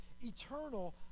eternal